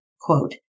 quote